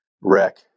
wreck